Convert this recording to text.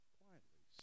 quietly